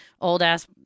old-ass